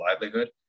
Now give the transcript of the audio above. livelihood